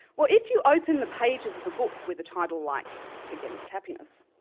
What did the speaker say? well if you open the pages of a book with a title like against happiness,